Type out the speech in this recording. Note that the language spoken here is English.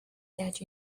that